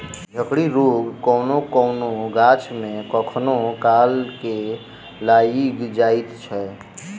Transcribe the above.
झड़की रोग कोनो कोनो गाछ मे कखनो काल के लाइग जाइत छै